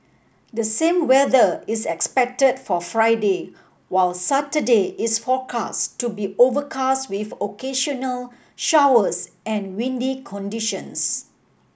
the same weather is expected for Friday while Saturday is forecast to be overcast with occasional showers and windy conditions